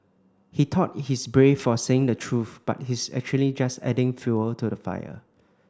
he thought he's brave for saying the truth but he's actually just adding fuel to the fire